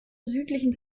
südlichen